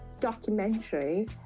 documentary